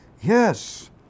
Yes